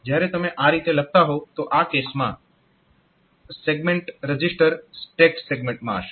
જ્યારે તમે આ રીતે લખતા હોવ તો આ કેસમાં સેગમેન્ટ રજીસ્ટર સ્ટેક સેગમેન્ટમાં હશે